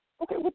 Okay